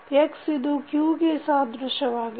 x ಇದು q ಗೆ ಸಾದೃಶ್ಯವಾಗಿದೆ